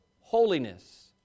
Holiness